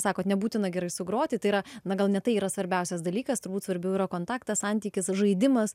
sako nebūtina gerai sugroti tai yra na gal ne tai yra svarbiausias dalykas turbūt svarbiau yra kontaktas santykis žaidimas